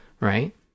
right